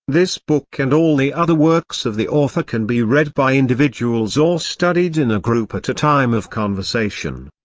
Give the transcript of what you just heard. this book and all the other works of the author can be read by individuals or studied in a group at a time of conversation.